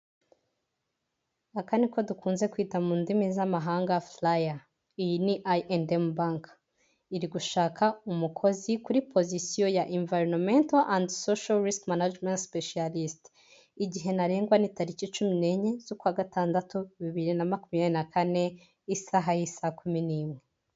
Aka niko dukunze kwita mu ndimi z'amahanga furaya. Iyi ni ayi endemu banka. Iri gushaka umukozi kuri pozisiyo ya invayironomento andi sosho risiki manajimenti sipeshiyarisite. Igihe ntarengwa ni tariki cumi n'enye, z'ukwa gatandatu, bibiri na makumyabiri na kane, isaha y'isakumi n'imwe.